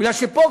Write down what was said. מפני שפה,